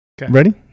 Ready